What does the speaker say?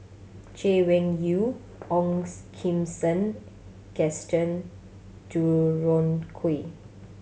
Chay Weng Yew Ong's Kim Seng Gaston Dutronquoy